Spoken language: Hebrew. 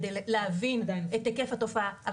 כדי להבין את היקף התופעה --- עדיין.